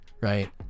right